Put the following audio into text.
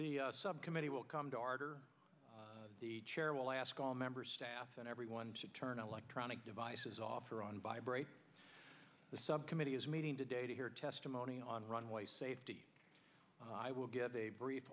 the subcommittee will come to order the chair will ask all members staff and everyone to turn electronic devices off or on vibrate the subcommittee is meeting today to hear testimony on runway safety i will give a brief